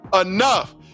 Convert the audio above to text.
enough